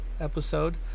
episode